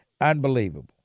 Unbelievable